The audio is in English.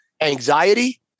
Anxiety